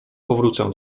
powrócę